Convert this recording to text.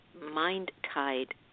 mind-tied